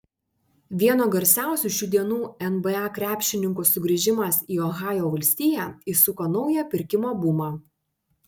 vieno garsiausių šių dienų nba krepšininkų sugrįžimas į ohajo valstiją įsuko naują pirkimo bumą